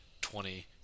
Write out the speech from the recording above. twenty